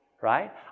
right